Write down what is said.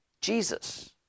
Jesus